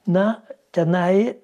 na tenai